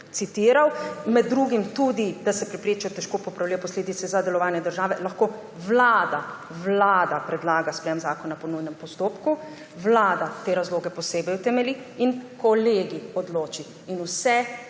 med drugim tudi, da se preprečijo težko popravljive posledice za delovanje države, lahko vlada predlaga sprejem zakona po nujnem postopku, vlada te razloge posebej utemelji in kolegij odloči. In vse to